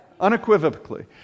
Unequivocally